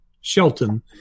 Shelton